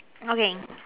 okay